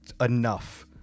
enough